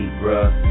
bruh